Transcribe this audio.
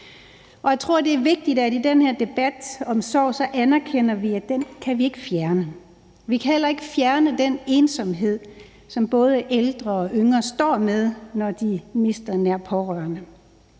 Jeg tror, det er vigtigt, at vi i den her debat om sorg anerkender, at vi ikke kan fjerne den. Vi kan heller ikke fjerne den ensomhed, som både ældre og yngre står med, når de mister en nær pårørende.